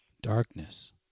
Darkness